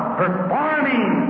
performing